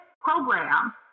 program